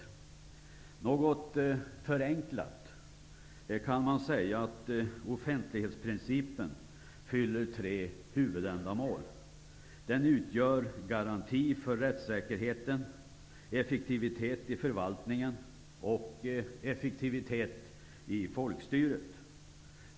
Något förenklat kan man säga att offentlighetsprincipen fyller tre huvudändamål. Den utgör garanti för rättssäkerheten, effektivitet i förvaltningen och effektivitet i folkstyret.